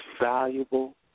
valuable